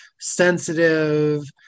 sensitive